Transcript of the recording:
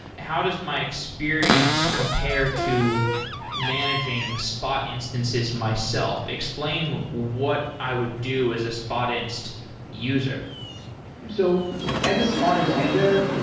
how does my experience compare to managing spot instances myself? explain what i would do as a spotinst user so as a spotinst user,